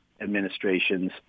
administrations